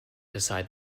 decide